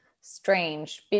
strange